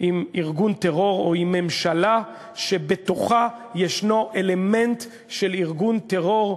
עם ארגון טרור או עם ממשלה שבתוכה ישנו אלמנט של ארגון טרור,